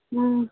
ம்